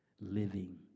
living